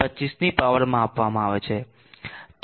25 ની પાવરમાં આપવામાં આવે છે